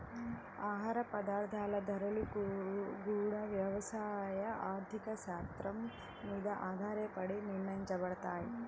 ఆహార పదార్థాల ధరలు గూడా యవసాయ ఆర్థిక శాత్రం మీద ఆధారపడే నిర్ణయించబడతయ్